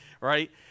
Right